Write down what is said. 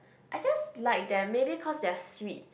I just like them maybe because they are sweet